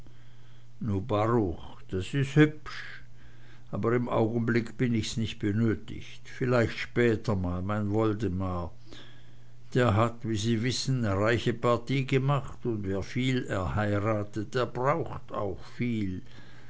baruch das ist hübsch aber im augenblick bin ich's nicht benötigt vielleicht später mal mein woldemar der hat wie sie wissen ne reiche partie gemacht und wer viel erheiratet der braucht auch viel